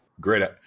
Great